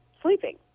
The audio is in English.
sleeping